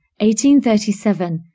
1837